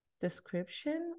description